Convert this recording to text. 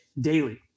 daily